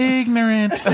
ignorant